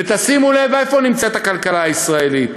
ותשימו לב איפה נמצאת הכלכלה הישראלית: